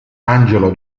angelo